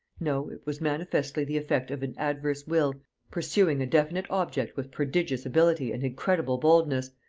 no, it was manifestly the effect of an adverse will pursuing a definite object with prodigious ability and incredible boldness,